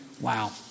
wow